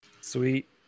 Sweet